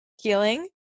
healing